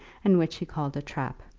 and which he called a trap.